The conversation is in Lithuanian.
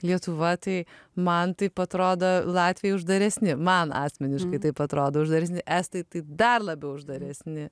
lietuva tai man taip atrodo latviai uždaresni man asmeniškai taip atrodo uždaresni estai tai dar labiau uždaresni